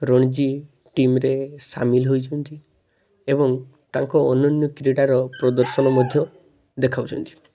ରଣଜୀ ଟିମରେ ସାମିଲ ହୋଇଛନ୍ତି ଏବଂ ତାଙ୍କ ଅନନ୍ୟ କ୍ରୀଡ଼ାର ପ୍ରଦର୍ଶନ ମଧ୍ୟ ଦେଖାଉଛନ୍ତି